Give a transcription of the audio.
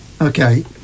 Okay